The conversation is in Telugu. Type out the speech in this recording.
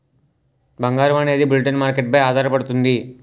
బంగారం అనేది బులిటెన్ మార్కెట్ పై ఆధారపడుతుంది